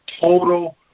total